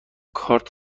کارت